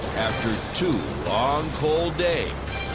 after two long, cold days.